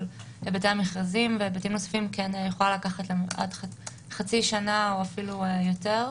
היבטי המכרזים והיבטים נוספים יכולה לקחת חצי שנה ואף יותר.